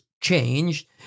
changed